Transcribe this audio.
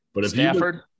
Stafford